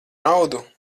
naudu